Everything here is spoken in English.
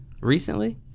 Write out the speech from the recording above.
recently